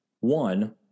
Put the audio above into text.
One